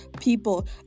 people